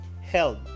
held